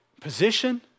position